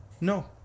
No